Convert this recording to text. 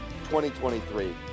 2023